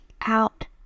out